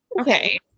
Okay